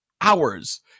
hours